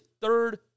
third